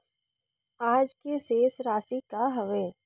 आज के शेष राशि का हवे?